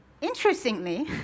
interestingly